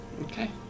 Okay